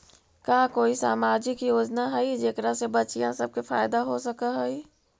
का कोई सामाजिक योजना हई जेकरा से बच्चियाँ सब के फायदा हो सक हई?